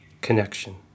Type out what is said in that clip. connection